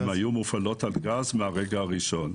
הן היו מופעלות על גז מהרגע הראשון.